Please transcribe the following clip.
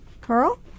Carl